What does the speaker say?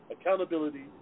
accountability